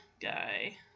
guy